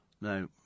no